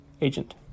agent